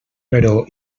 però